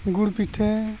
ᱜᱩᱲ ᱯᱤᱴᱷᱟᱹ